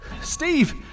Steve